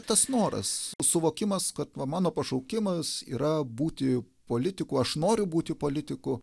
tas noras suvokimas kad va mano pašaukimas yra būti politiku aš noriu būti politiku